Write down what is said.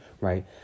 right